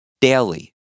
daily